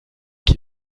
die